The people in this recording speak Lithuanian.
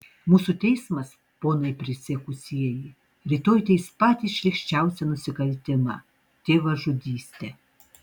mūsų teismas ponai prisiekusieji rytoj teis patį šlykščiausią nusikaltimą tėvažudystę